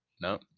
No